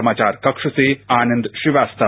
समाचार कक्ष से आनंद श्रीवास्तव